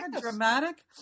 Dramatic